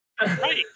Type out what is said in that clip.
Right